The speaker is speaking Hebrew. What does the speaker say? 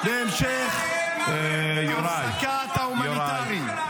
-- רק בהמשך הפסקת ההומניטרי.